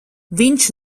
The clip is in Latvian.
viņš